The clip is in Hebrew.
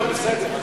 טוב, בסדר.